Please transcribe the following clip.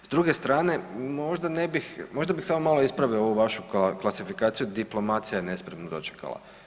S druge strane možda bih samo malo ispravio ovu vašu kvalifikaciju diplomacija je nespremno dočekala.